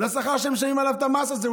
לשכר שמשלמים עליו את המס הזה.